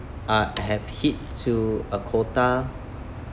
uh have hit to a quota